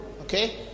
okay